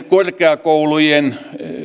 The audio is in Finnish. korkeakoulujen